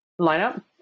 lineup